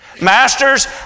Masters